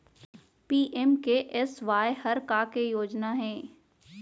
PMKSY हर का के योजना हे?